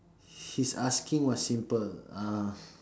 his asking was simple uh